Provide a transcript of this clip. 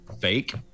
fake